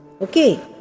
Okay